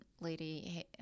lady